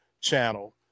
channel